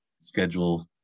schedule